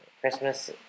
Christmas